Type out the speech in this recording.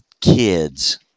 kids